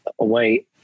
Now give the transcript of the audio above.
away